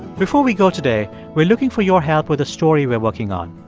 before we go today, we're looking for your help with a story we're working on.